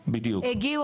הגיעו,